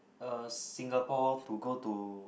uh Singapore to go to